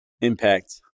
impact